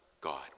God